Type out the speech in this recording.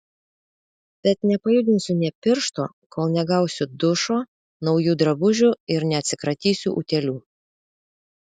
bet nepajudinsiu nė piršto kol negausiu dušo naujų drabužių ir neatsikratysiu utėlių